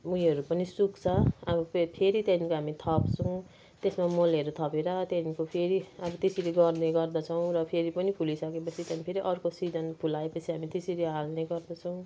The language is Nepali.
ऊ योहरू पनि सुक्छ अनि त फेरि त्यहाँदेखिनको हामी थप्छौँ त्यसमा मलहरू थपेर त्यहाँदेखिनको फेरि अब त्यसरी गर्ने गर्दछौँ र फेरि पनि फुलिसकेपछि त्यहाँदेखिन् फेरि अर्को सिजन फुलाएपछि हामी त्यसरी हाल्ने गर्दछौँ